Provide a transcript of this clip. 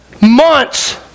months